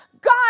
God